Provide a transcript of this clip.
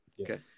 Okay